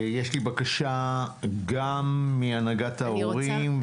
יש לי בקשה גם מהנהגת ההורים.